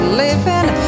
living